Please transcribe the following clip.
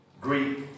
Greek